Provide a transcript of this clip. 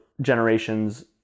generations